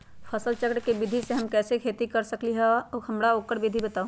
फसल चक्र के विधि से हम कैसे खेती कर सकलि ह हमरा ओकर विधि बताउ?